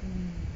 hmm